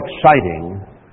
exciting